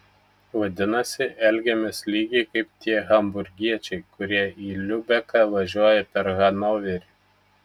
vadinasi elgiamės lygiai kaip tie hamburgiečiai kurie į liubeką važiuoja per hanoverį